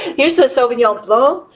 here's the sauvignon blanc.